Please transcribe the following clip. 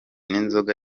n’inzoga